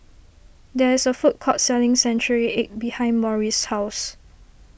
there is a food court selling Century Egg behind Maurice's house